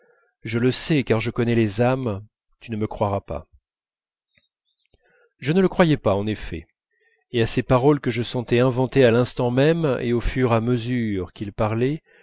je le sais car je connais les âmes tu ne me croiras pas je ne le croyais pas en effet et à ces paroles que je sentais inventées à l'instant même et au fur et à mesure qu'il parlait